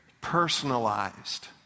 personalized